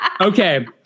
Okay